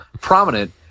prominent